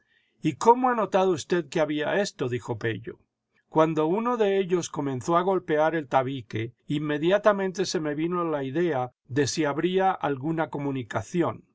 y cómo ha notado usted que había esto dijo pello cuando uno de ellos comenzó a golpear el tabique inmediatamente se me vino la idea de si habría alguna comunicación